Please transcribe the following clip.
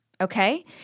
Okay